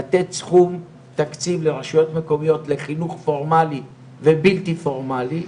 לתת סכום תקציב לרשויות מקומיות לחינוך פורמאלי ובלתי פורמאלי